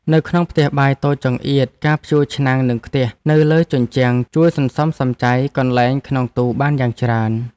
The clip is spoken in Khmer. នៅក្នុងផ្ទះបាយតូចចង្អៀតការព្យួរឆ្នាំងនិងខ្ទះនៅលើជញ្ជាំងជួយសន្សំសំចៃកន្លែងក្នុងទូបានយ៉ាងច្រើន។